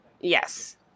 yes